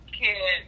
kid